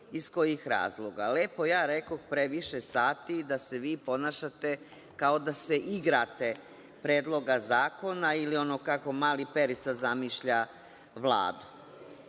iz kojih razloga. Lepo ja rekoh – previše sati da se vi ponašate kao da se igrate predloga zakona ili onog kako mali Perica zamišlja Vladu. Vi